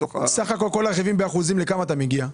סך הכול כל הרכיבים באחוזים, לכמה אתה מגיע?